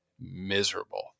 miserable